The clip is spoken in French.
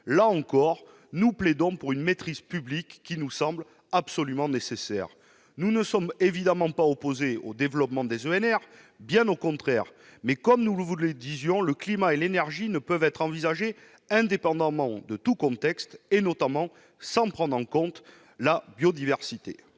d'autres, nous plaidons pour une maîtrise publique qui nous semble absolument nécessaire. Nous ne sommes évidemment pas opposés au développement des ENR, bien au contraire, mais le climat et l'énergie ne peuvent être envisagés indépendamment de tout contexte et, notamment, des nécessités propres à la biodiversité.